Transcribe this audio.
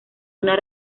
una